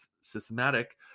systematic